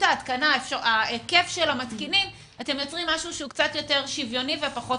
ההתקנה משהו שהוא קצת יותר שוויוני ופחות